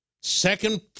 second